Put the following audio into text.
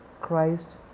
Christ